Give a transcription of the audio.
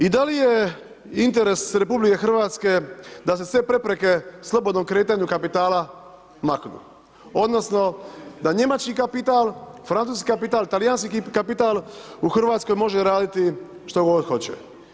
I da li je interes Republike Hrvatske da se sve prepreke u slobodnom kretanju kapitala maknu odnosno da njemački kapital, francuski kapital, talijanski kapital u Hrvatskoj može raditi što god hoće?